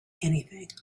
anything